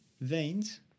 veins